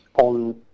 on